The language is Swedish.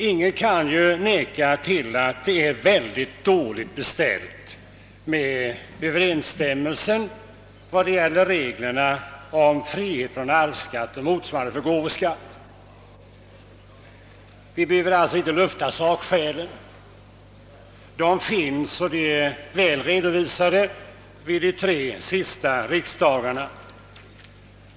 Ingen kan ju neka till att det är väldigt dåligt beställt med överensstämmelsen mellan reglerna om frihet från arvsskatt och motsvarande regler för gåvoskatt. Vi behöver alltså inte lufta sakskälen. De finns och de är väl redovisade vid de tre senaste riksdagarna.